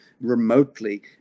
remotely